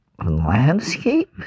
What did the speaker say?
landscape